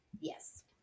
Yes